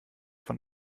von